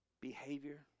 behavior